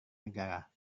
negara